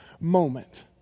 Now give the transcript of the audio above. moment